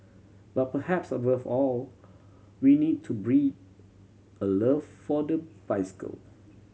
but perhaps above all we need to breed a love for the bicycle